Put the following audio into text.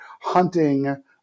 hunting